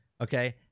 okay